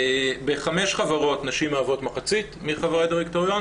בחמש חברות נשים מהוות מחצית מחברי הדירקטוריון